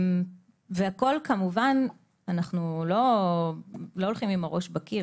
אנחנו לא הולכים עם הראש בקיר,